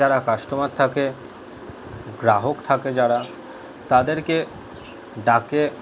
যারা কাস্টমার থাকে গ্রাহক থাকে যারা তাদেরকে ডাকে